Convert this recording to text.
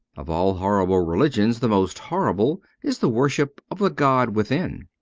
of all horrible religions the most horrible is the worship of the god within.